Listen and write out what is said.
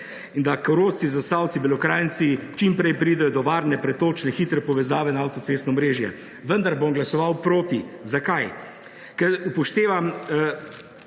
In da Korošci, Zasavci, Belokranjci čim prej pridejo do varne pretočne hitre povezave na avtocestno omrežje. Vendar bom glasoval proti. Zakaj? Ker upoštevam